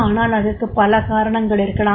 ஆனால் அதற்குப் பல காரணங்கள் இருக்கலாம்